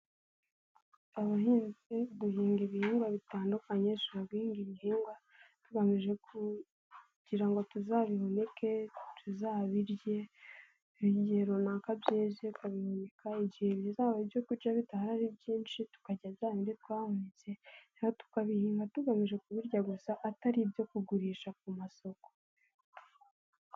Abahinzi duhinga ibihingwa bitandukanye, dushobora guhinga ibihingwa tugamije kugira ngo tuzabihunike, tuzabirye igihe runaka byeze, ukabihunika igihe bizaba ibyo kurya bidahari byinshi, tukarya bya bindi twahunitse, tukabihinga tugamije kubirya gusa, atari ibyo kugurisha ku masoko.